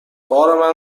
بار